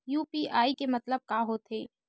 UPI के मतलब का होथे?